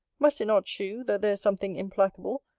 must it not shew, that there is something implacable,